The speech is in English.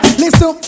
listen